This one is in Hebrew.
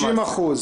שלוש שעות, למעשה.